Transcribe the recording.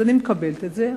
אני מקבלת את זה.